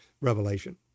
revelation